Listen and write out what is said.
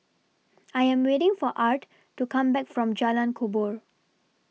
I Am waiting For Art to Come Back from Jalan Kubor